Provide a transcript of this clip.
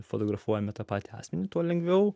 fotografuojame tą patį asmenį tuo lengviau